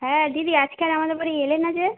হ্যাঁ দিদি আজকে আর আমাদের বাড়ি এলে না যে